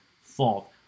fault